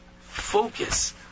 focus